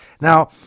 Now